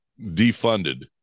defunded